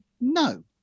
no